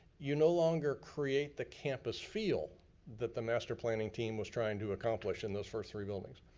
you no longer create the campus feel that the master planning team was trying to accomplish in those first three buildings.